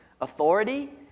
authority